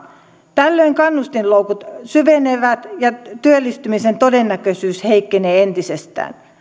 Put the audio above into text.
tällöin kannustinloukut syvenevät ja työllistymisen todennäköisyys heikkenee entisestään